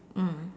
mm